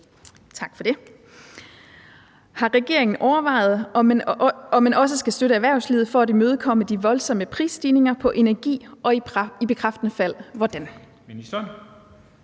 Har regeringen overvejet, om man også skal støtte erhvervslivet for at imødegå de voldsomme prisstigninger på energi, og i bekræftende fald